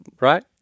right